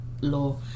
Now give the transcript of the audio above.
law